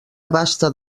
abasta